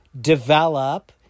develop